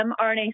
mRNA